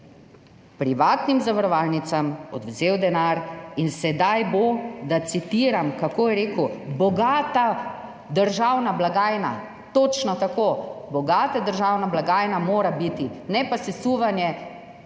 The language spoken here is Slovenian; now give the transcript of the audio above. privatnim zavarovalnicam odvzel denar in sedaj bo, citiram, kako je rekel: »bogata državna blagajna«. Točno tako, državna blagajna mora biti bogata, ne pa sesuvanje